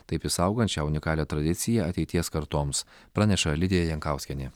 taip išsaugant šią unikalią tradiciją ateities kartoms praneša lidija jankauskienė